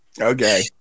okay